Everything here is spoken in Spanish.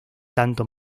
tanto